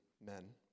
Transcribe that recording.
men